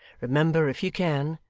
remember, if ye can,